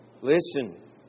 Listen